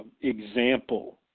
example